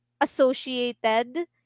associated